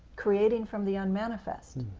creating from the unmanifest,